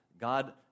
God